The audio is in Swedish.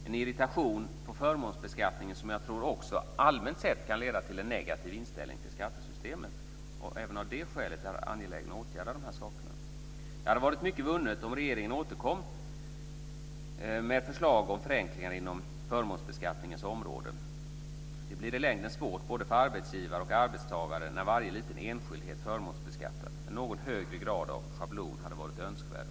Denna irritation i fråga om förmånsbeskattningen tror jag också allmänt sett kan leda till en negativ inställning till skattesystemet. Även av det skälet är det angeläget att åtgärda de här sakerna. Mycket vore vunnet om regeringen återkom med förslag om förenkling inom förmånsbeskattningen. Det blir i längden svårt både för arbetsgivare och arbetstagare när varje liten enskildhet förmånsbeskattas. En något högre grad av schablon hade varit önskvärd.